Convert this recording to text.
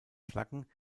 flaggen